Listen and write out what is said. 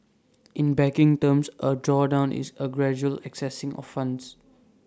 in banking terms A drawdown is A gradual accessing of funds